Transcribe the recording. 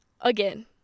again